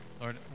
Lord